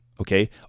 Okay